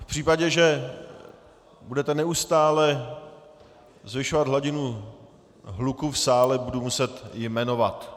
V případě, že budete neustále zvyšovat hladinu hluku v sále, budu muset jmenovat.